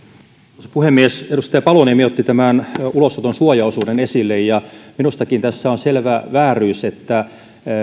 arvoisa puhemies edustaja paloniemi otti esille tämän ulosoton suojaosuuden ja minustakin on selvä vääryys että